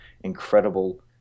incredible